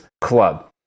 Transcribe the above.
Club